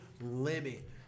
limit